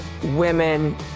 women